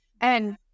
And-